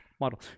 model